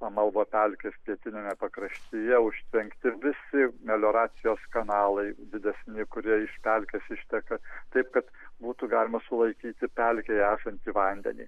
amalvo pelkės pietiniame pakraštyje užtvenkti visi melioracijos kanalai didesni kurie iš pelkės išteka taip kad būtų galima sulaikyti pelkėje esantį vandenį